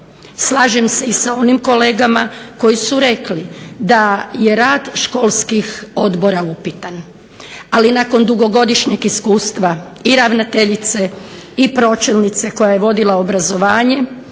Slažem se i sa onim kolegama koji su rekli da je rad školskih odbora upitan, ali nakon dugogodišnjeg iskustva i ravnateljice i pročelnice koja je vodila obrazovanje